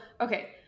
okay